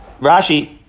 Rashi